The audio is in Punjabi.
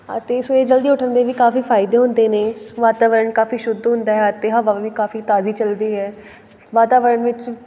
ਅਤੇ ਸਵੇਰੇ ਜਲਦੀ ਉੱਠਣ ਦੇ ਵੀ ਕਾਫ਼ੀ ਫ਼ਾਇਦੇ ਹੁੰਦੇ ਨੇ ਵਾਤਾਵਰਨ ਕਾਫ਼ੀ ਸ਼ੁੱਧ ਹੁੰਦਾ ਹੈ ਅਤੇ ਹਵਾ ਵੀ ਕਾਫ਼ੀ ਤਾਜ਼ੀ ਚਲਦੀ ਹੈ ਵਾਤਾਵਰਣ ਵਿੱਚ